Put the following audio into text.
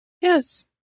Yes